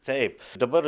taip dabar